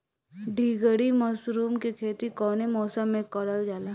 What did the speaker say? ढीघरी मशरूम के खेती कवने मौसम में करल जा?